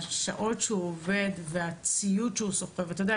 שהשעות בהן הוא עובד והציוד שהוא סוחב -- אתה יודע,